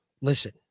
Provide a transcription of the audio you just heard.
Listen